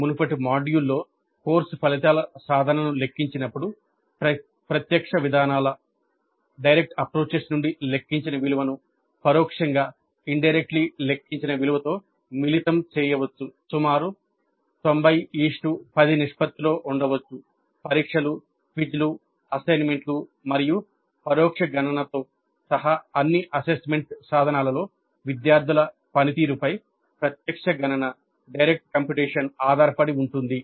మునుపటి మాడ్యూల్లో కోర్సు ఫలితాల సాధనను లెక్కించినప్పుడు ప్రత్యక్ష విధానాల ఆధారపడి ఉంటుంది